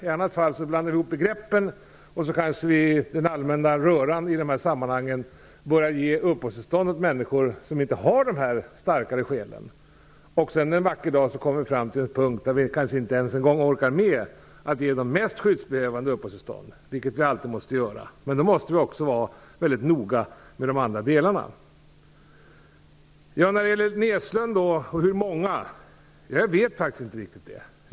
I annat fall blandar vi ihop begreppen och kanske i den allmänna röran börjar ge uppehållstillstånd till människor som inte har dessa starkare skäl. En vacker dag kommer vi kanske till en punkt där vi inte ens orkar ge de mest skyddskrävande uppehållstillstånd, vilket vi alltid måste kunna göra. Vi måste därför vara mycket noga med dessa begrepp. Jag vet vidare inte riktigt hur många de som Ingrid Näslund frågade efter är.